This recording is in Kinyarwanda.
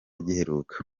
giheruka